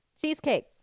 Cheesecake